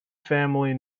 family